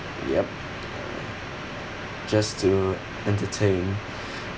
yup just to entertain